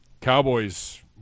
Cowboys